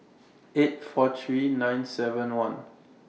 eight four three nine seven one